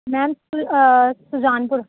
ma'am Sujanpur